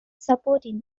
supporting